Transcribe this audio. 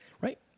right